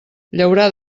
llaurar